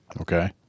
Okay